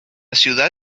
ciudad